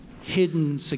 hidden